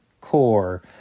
core